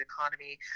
economy